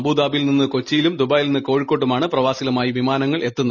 അബുദാബിയിൽ നിന്ന് കൊച്ചിയിലും ദുബായിൽ നിന്ന് കോഴിക്കോട്ടുമാണ് പ്രവാസികളുമായി വിമാനങ്ങൾ എത്തുന്നത്